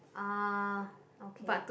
uh okay